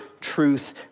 truth